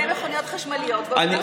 תקדם מכוניות חשמליות ואוטובוסים חשמליים.